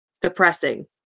Depressing